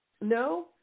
No